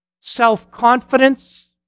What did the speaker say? self-confidence